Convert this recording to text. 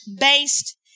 based